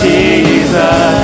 Jesus